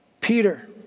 Peter